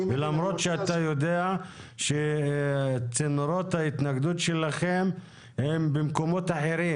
ולמרות שאתה יודע שצינורות ההתנגדות שלכם הם במקומות אחרים.